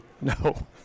No